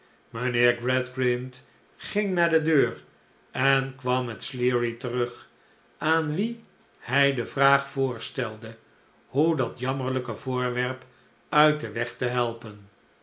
mijnheer gradgrind ging naar de deur en kwam met sleary terug aan wien hij de vraag voorstelde hoe dat jammerlijke voorwerp uit den weg te helpen